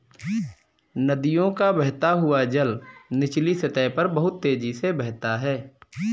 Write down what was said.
नदियों का बहता हुआ जल निचली सतह पर बहुत तेजी से बहता है